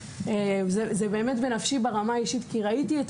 זה בנפשי ברמה האישית כי ראיתי את